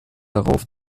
darauf